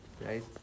right